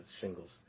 shingles